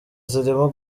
zirimo